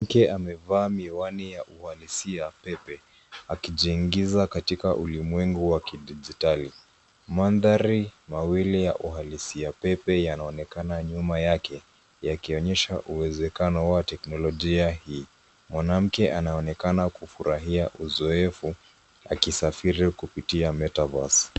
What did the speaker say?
Mwanamke amevaa miwani ya uhalisia pepe akijiingiza katika ulimwengu wa kidijitali. Mandhari mawili ya uhalisia pepe yanaonekana nyuma yake, yakionyesha uwezekano wa teknolojia hii. Mwanamke anaonekana kufurahia uzoefu, akisafiri kupitia metaverse .